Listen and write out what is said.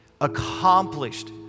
accomplished